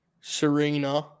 Serena